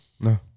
No